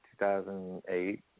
2008